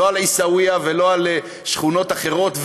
לא על עיסאוויה ולא על שכונות אחרות.